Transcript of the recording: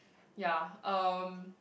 ya um